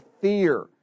fear